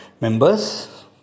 members